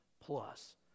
plus